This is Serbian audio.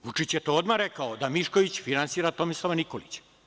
Vučić je to odmah rekao, da Mišković finansira Tomislava Nikolića.